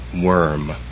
worm